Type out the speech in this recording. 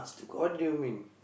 what do you mean